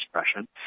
expression